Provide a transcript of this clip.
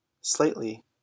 Slightly